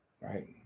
right